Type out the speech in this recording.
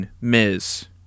Miz